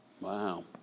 Wow